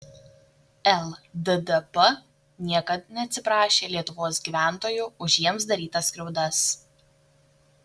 lddp niekad neatsiprašė lietuvos gyventojų už jiems darytas skriaudas